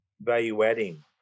value-adding